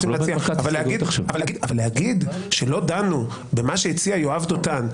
אבל להגיד שלא דנו במה שהציע יואב דותן,